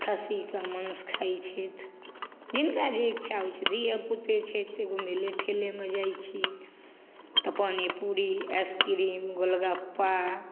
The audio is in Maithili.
खस्सीके माँग्स खाइ छथि जिनका जे इच्छा होइ छै धीयेपुते छथि से ओ मेले ठेलेमे जाय छथि तऽ अपन पानि पूड़ी आइसक्रीम गोलगप्पा